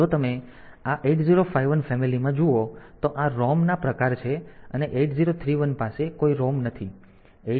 જો તમે આ 8051 ફેમીલી માં જુઓ તો આ ROM ના પ્રકાર છે અને 8031 પાસે કોઈ ROM નથી